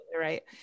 right